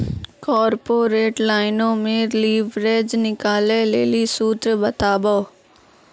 corporate लाइनो मे leverage निकालै लेली सूत्र बताबो